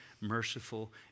merciful